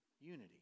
unity